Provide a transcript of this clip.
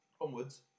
Onwards